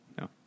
No